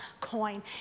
coin